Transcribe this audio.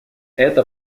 эта